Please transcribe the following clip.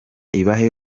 ibahe